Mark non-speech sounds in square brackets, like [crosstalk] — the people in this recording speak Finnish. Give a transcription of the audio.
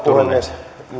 [unintelligible] puhemies nyt